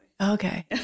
Okay